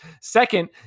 Second